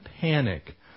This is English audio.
panic